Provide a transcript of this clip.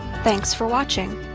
thanks for watching,